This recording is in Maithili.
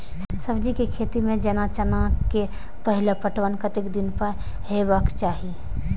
सब्जी के खेती में जेना चना के पहिले पटवन कतेक दिन पर हेबाक चाही?